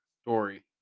Story